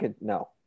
no